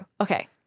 Okay